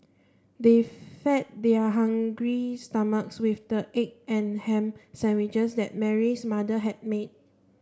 they fed their hungry stomachs with the egg and ham sandwiches that Mary's mother had made